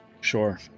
Sure